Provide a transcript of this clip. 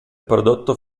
prodotto